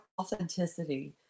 authenticity